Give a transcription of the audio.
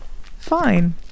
Fine